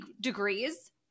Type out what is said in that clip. degrees